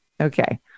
Okay